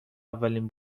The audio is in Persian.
اولین